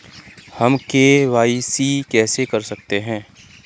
हम के.वाई.सी कैसे कर सकते हैं?